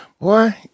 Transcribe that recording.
boy